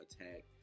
attack